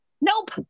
Nope